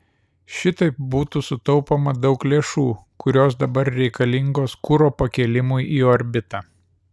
šitaip būtų sutaupoma daug lėšų kurios dabar reikalingos kuro pakėlimui į orbitą